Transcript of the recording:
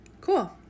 Cool